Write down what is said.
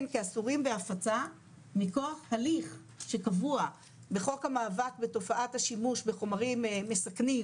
כאסורים בהפצה מכוח הליך שקבוע בחוק המאבק ותופעת השימוש בחומרים מסכנים